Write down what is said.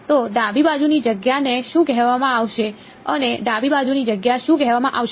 તો ડાબી બાજુની જગ્યાને શું કહેવામાં આવશે આને ડાબી બાજુની જગ્યા શું કહેવામાં આવશે